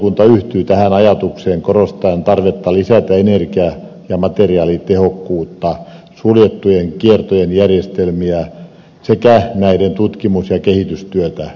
talousvaliokunta yhtyy tähän ajatukseen korostaen tarvetta lisätä energia ja materiaalitehokkuutta suljettujen kiertojen järjestelmiä sekä näiden tutkimus ja kehitystyötä